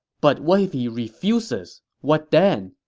but what if he refuses? what then?